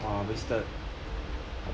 cock !wah! wasted